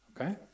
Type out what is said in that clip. Okay